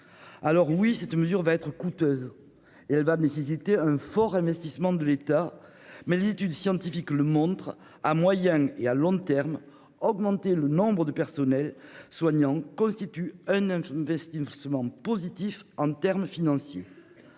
Oui, cette mesure sera coûteuse et nécessitera un fort investissement de l'État, mais les études scientifiques le montrent : à moyen et long termes, augmenter les effectifs du personnel soignant constitue un investissement positif sur le plan financier.